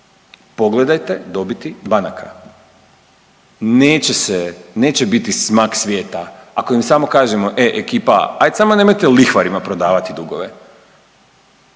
Pogledajte dobiti banaka. Neće se, neće biti smak svijeta ako im samo kažemo e ekipa ajd smo nemojte lihvarima prodavati dugove.